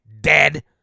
dead